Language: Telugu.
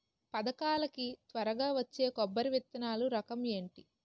పథకాల కి త్వరగా వచ్చే కొబ్బరి విత్తనాలు రకం ఏంటి?